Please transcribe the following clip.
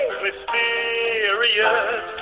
mysterious